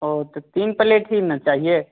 वह तो तीन प्लेट ही ना चाहिए